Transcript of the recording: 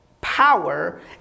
power